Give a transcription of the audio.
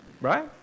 Right